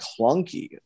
clunky